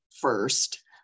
first